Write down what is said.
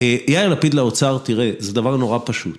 יאיר לפיד לאוצר, תראה, זה דבר נורא פשוט.